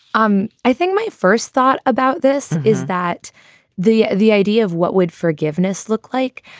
um i think my first thought about this is that the the idea of what would forgiveness look like?